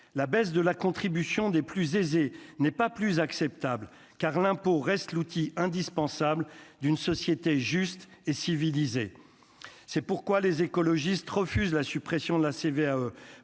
la baisse de la contribution des plus aisés n'est pas plus acceptable car l'impôt reste l'outil indispensable d'une société juste et civilisée, c'est pourquoi les écologistes refusent la suppression de la CVAE